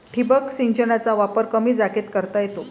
ठिबक सिंचनाचा वापर कमी जागेत करता येतो